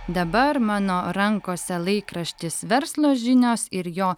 dabar mano rankose laikraštis verslo žinios ir jo